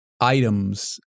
items